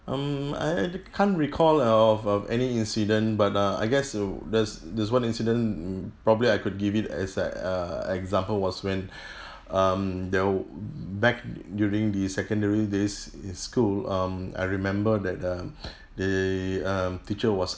um I I can't recall of of any incident but uh I guess uh there's there's one incident probably I could give it as a a example was when um there back during the secondary days in school um I remember that um they um teacher was